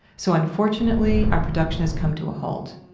so, unfortunately, our production has come to a halt.